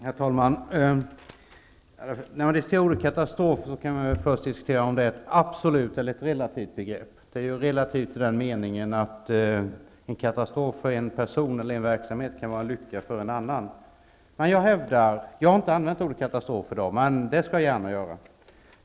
Herr talman! När det gäller ordet katastrof kan man först diskutera om det är ett absolut eller ett relativt begrepp. Det är relativt i den meningen att en katastrof för en person eller en verksamhet kan vara en lycka för en annan. Jag har inte använt ordet katastrof i dag, men kan gärna göra det.